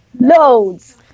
Loads